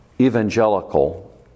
evangelical